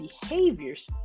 behaviors